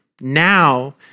Now